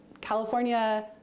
California